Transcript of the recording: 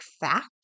fact